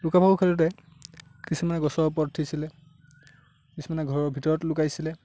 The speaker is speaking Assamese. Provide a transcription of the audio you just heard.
লুকা ভাকু খেলোঁতে কিছুমানে গছৰ ওপৰত উঠিছিলে কিছুমানে ঘৰৰ ভিতৰত লুকাইছিলে